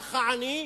האזרח העני,